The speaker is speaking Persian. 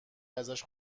ازش